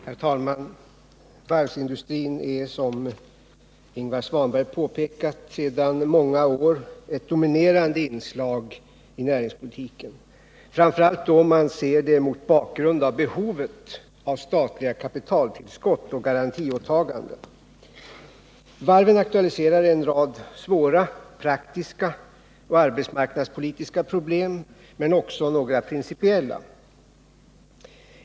Herr talman! Varvsindustrin är, som Ingvar Svanberg påpekat, sedan många år ett dominerande inslag i näringspolitiken, framför allt om man ser den mot bakgrund av behovet av statliga kapitaltillskott och garantiåtaganden. Varven aktualiserar en rad svåra praktiska och arbetsmarknadspolitiska problem men också några principiella.